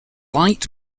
light